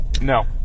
No